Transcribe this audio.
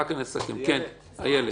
כן, איילת.